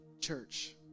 church